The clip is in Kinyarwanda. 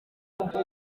mbere